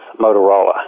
Motorola